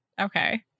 Okay